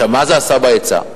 מה זה עשה בהיצע?